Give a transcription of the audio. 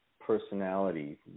personality